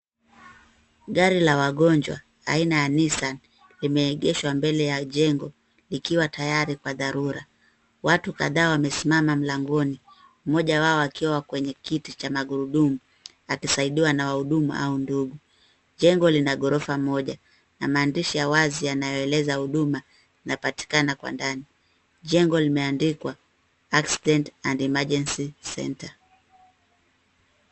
Gari la wagonjwa aina ya Nissan limeegeshwa mbele ya jengo likiwa tayari kwa dharura. Watu kadhaa wamesimama mlangoni, mmoja wao akiwa kwenye kiti cha magurudumu akisaidiwa na wahuduma au ndugu. Jengo lina gorofa moja na maandishi ya wazi yanayoeleza huduma inapatikana kwa ndani. Jengo limeandikwa Accidents & Emergency Centre .